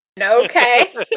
Okay